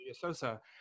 Sosa